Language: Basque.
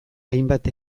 hainbat